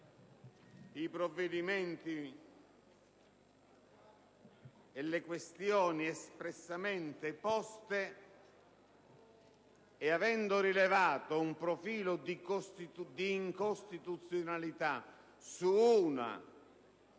i provvedimenti e le questioni espressamente poste e, avendo rilevato un profilo di incostituzionalità su due